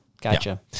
Gotcha